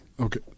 Okay